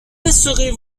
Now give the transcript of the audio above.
laisserez